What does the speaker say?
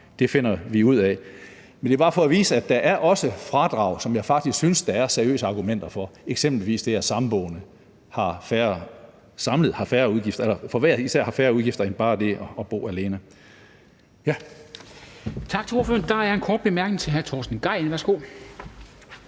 det finder vi ud af. Det er bare for at vise, at der også er fradrag, som jeg faktisk synes der er seriøse argumenter for, eksempelvis det, at samboende hver især har færre udgifter end den, der bor alene. Kl. 14:00 Formanden (Henrik Dam Kristensen): Tak til ordføreren. Der er en kort bemærkning til hr. Torsten Gejl. Værsgo.